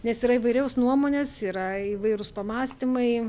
nes yra įvairios nuomonės yra įvairūs pamąstymai